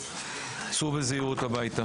סעו הביתה בזהירות.